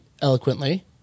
eloquently